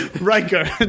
Riker